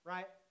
Right